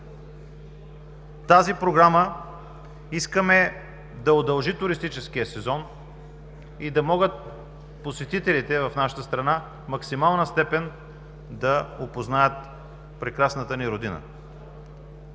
тази програма искаме да удължим туристическия сезон и да могат посетителите в нашата страна в максимална степен да опознаят прекрасната ни родина.